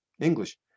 English